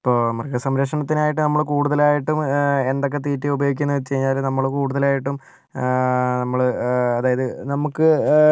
ഇപ്പോൾ മൃഗസംരക്ഷണത്തിനായിട്ടു നമ്മള് കൂടുതലായിട്ടും എന്തൊക്കെ തീറ്റി ഉപയോഗിക്കുന്നതെന്ന് വെച്ചാല് നമ്മൾ കൂടുതലായിട്ടും ആ നമ്മള് അതായതു നമുക്ക്